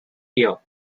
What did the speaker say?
year